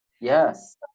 Yes